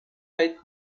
être